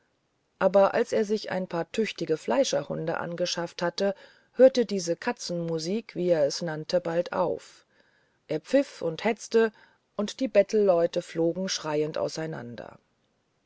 aber als er sich ein paar tüchtige fleischerhunde angeschafft hatte hörte diese katzenmusik wie er es nannte bald auf er pfiff und hetzte und die bettelleute flogen schreiend auseinander